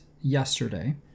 yesterday